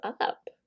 up